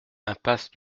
impasse